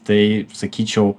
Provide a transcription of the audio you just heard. tai sakyčiau